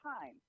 time